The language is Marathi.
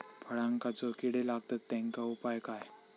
फळांका जो किडे लागतत तेनका उपाय काय?